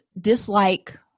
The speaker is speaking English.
dislike